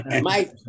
Mike